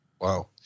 Wow